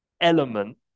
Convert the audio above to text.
element